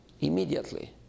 immediately